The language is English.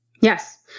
Yes